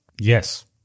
Yes